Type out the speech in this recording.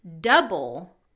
double